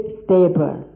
stable